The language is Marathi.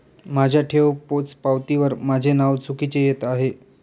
माझ्या ठेव पोचपावतीवर माझे नाव चुकीचे येत आहे